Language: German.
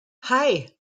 hei